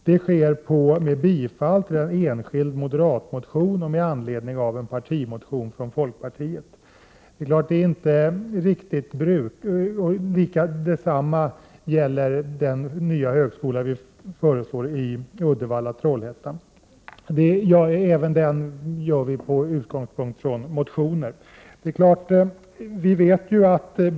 Detta sker med bifall till en enskild moderatmotion och med anledning av en partimotion från folkpartiet. Även förslaget att inrätta en ny högskola i Uddevalla/Trollhättan utgår från motionsförslag.